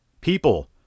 People